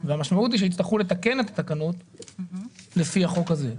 המשמעות היא שיצטרכו לתקן את התקנות לפי החוק הזה.